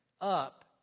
up